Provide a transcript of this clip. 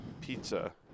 Pizza